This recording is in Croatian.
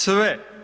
Sve.